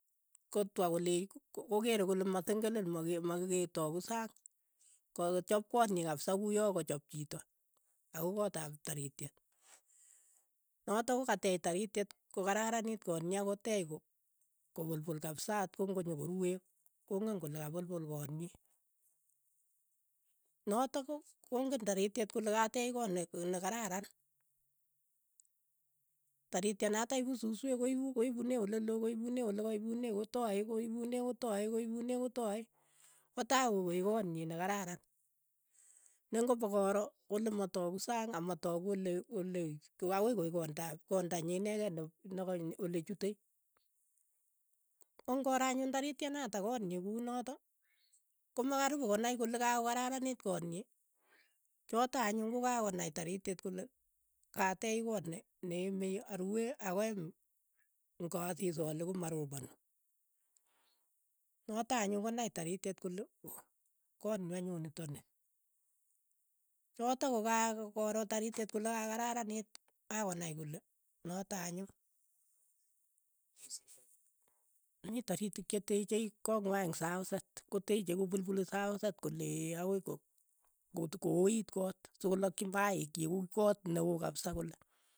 Kotwa koleech ko- ko keere kole masengelen ma- ke- ma ke- mataku saang, kokichaap koot nyi kapsa ko uyo kachap chito, ako koot ap tarityet, notok ko kateech tarityet ko kararanit kootnyii akoteech ko kopulpul kapsa atko ng'onyokoruee kong'en kole kapulpul konyii, natok ko ng'en tarityet kole kateech koot ne- ne kararan, tarityet natak ipu susweek ko ipu ko ipunee oleloo ko ipune olakaipunee kotoe koipune kotoe koipune kotoe koipune kotoe, kotai koeek kootnyi ne nekararan, ne ng'opa koro kole mataku saang amataku ole- ole akoi kondap kondanyi inekei ne- ne olechute, ko ng'ora anyun tarityet natok kootnyi kunotok, ko ma karipu konai kole kakokararanit kootnyi. chotok anyun kokakonai tarityet kole kateech kot ne neeme arue akoyam ng'asis ale komaroponi, notok anyun konai tarityet kole kootnyi anyun nitokni, chotok kokaakoro tariytet kole kakararanit akoi konai notok anyun mii taritik che tenye koo ng'wai eng' saoset, koteche kopulpuli saoset kolee akoi ko- ko- kooit koot sokolakchi mayaik chiik uu koot ne oo kapisa kole.